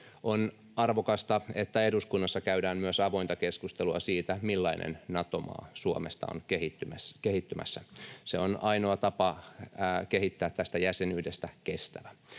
On arvokasta, että eduskunnassa käydään myös avointa keskustelua siitä, millainen Nato-maa Suomesta on kehittymässä. Se on ainoa tapa kehittää tästä jäsenyydestä kestävä.